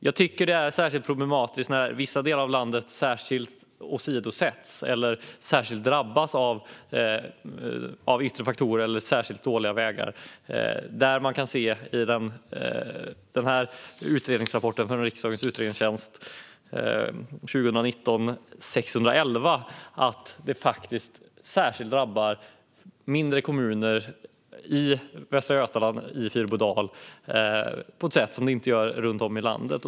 Det är särskilt problematiskt när vissa delar av landet åsidosätts eller drabbas av yttre faktorer, till exempel dåliga vägar. Det framkommer i rapporten från riksdagens utredningstjänst, 2019:611, att särskilt mindre kommuner drabbas i Västra Götaland, i Fyrbodal, på ett sätt som kommuner inte drabbas runt om i landet.